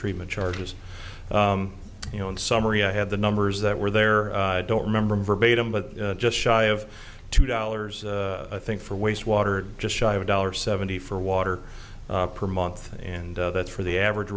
treatment charges you know in summary i had the numbers that were there i don't remember verbatim but just shy of two dollars i think for waste water just shy of a dollar seventy for water per month and that's for the average